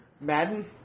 Madden